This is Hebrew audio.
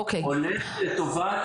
הולך לטובת האנשים שגרים.